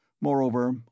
Moreover